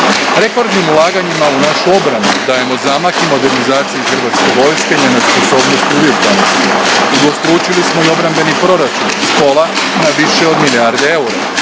Rekordnim ulaganjima u našu obranu dajemo zamah i modernizaciji Hrvatske vojske, njenoj sposobnosti i uvježbanosti, udvostručili smo i obrambeni proračun s pola na više od jedne milijarde eura.